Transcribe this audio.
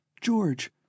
George